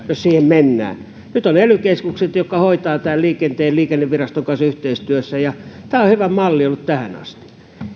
jos siihen mennään nyt on ely keskukset jotka hoitavat liikenteen liikenneviraston kanssa yhteistyössä ja tämä on hyvä malli ollut tähän asti